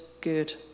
good